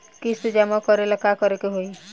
किस्त जमा करे ला का करे के होई?